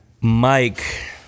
Mike